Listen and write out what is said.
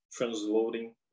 transloading